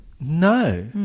No